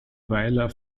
weiler